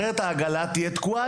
אחרת העגלה יום אחד תתקע.